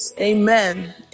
Amen